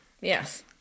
yes